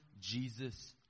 Jesus